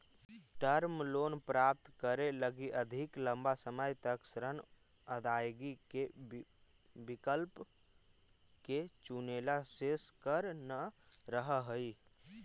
term loan प्राप्त करे लगी अधिक लंबा समय तक ऋण अदायगी के विकल्प के चुनेला शेष कर न रहऽ हई